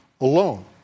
alone